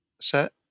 set